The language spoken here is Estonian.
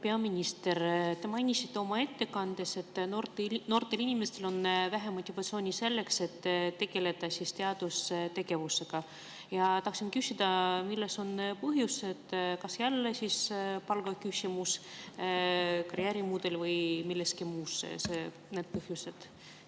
peaminister! Te mainisite oma ettekandes, et noortel inimestel on vähe motivatsiooni selleks, et tegeleda teadustegevusega. Tahaksin küsida, milles on põhjus. Kas jälle palgaküsimus, karjäärimudel või milles muus need põhjused